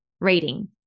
reading